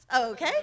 okay